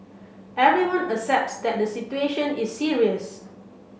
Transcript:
everyone accepts that the situation is serious